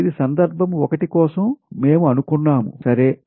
ఇది సందర్భం ఒకటి కోసం మేము అనుకున్నాముసరే